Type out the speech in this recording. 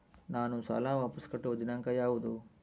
ನಾನು ಸಾಲ ವಾಪಸ್ ಕಟ್ಟುವ ದಿನಾಂಕ ಯಾವುದು?